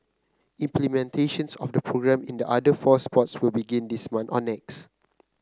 implementations of the programme in the other four sports will begin this month or next